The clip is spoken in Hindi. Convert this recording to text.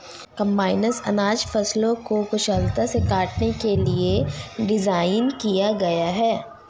कम्बाइनस अनाज फसलों को कुशलता से काटने के लिए डिज़ाइन किया गया है